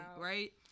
right